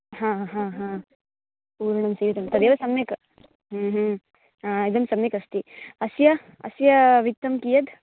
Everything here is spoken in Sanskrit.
आम् आम् आम् पूर्णं सीवितं तदेव सम्यक् आम् आम् इदं सम्यगस्ति अस्य अस्य वित्तं कियत्